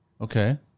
Okay